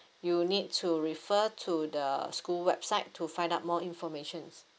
you need to refer to the school website to find out more informations